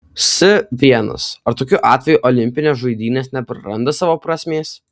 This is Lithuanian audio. s l ar tokiu atveju olimpinės žaidynės nepraranda savo prasmės